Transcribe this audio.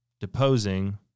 deposing